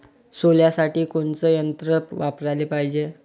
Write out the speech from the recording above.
सोल्यासाठी कोनचं यंत्र वापराले पायजे?